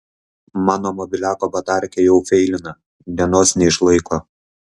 mano mobiliako batarkė jau feilina dienos neišlaiko